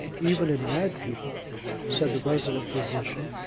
even in mad people said the resident physician,